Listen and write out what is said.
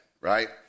right